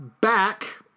back